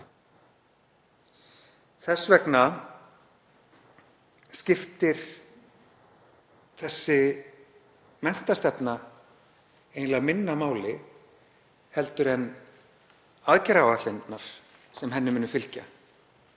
Þess vegna skiptir þessi menntastefna eiginlega minna máli en aðgerðaáætlanirnar sem henni munu fylgja